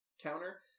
counter